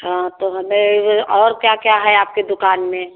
हाँ तो हमें और क्या क्या है आपके दुकान में